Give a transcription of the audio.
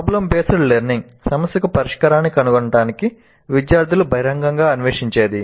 problem based learning సమస్యకు పరిష్కారాన్ని కనుగొనటానికి విద్యార్థులు బహిరంగంగా అన్వేషించేది